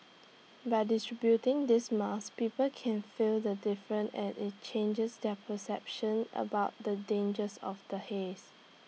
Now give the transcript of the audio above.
by distributing these masks people can feel the difference and IT changes their perception about the dangers of the haze